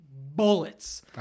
bullets